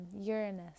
uranus